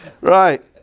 right